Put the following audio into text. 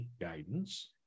guidance